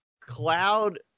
Cloud